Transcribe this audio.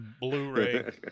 Blu-ray